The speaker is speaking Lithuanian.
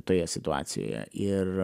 toje situacijoje ir